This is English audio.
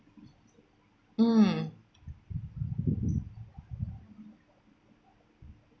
mm